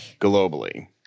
Globally